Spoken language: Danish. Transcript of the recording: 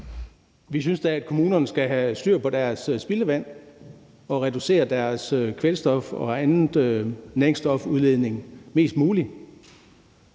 Vi synes da, at kommunerne skal have styr på deres spildevand og reducere deres kvælstofudledning og anden næringsstofudledning mest muligt.